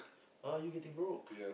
are you getting broke